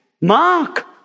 Mark